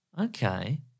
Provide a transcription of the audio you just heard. Okay